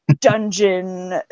dungeon